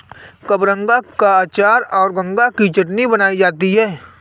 कबरंगा का अचार और गंगा की चटनी बनाई जाती है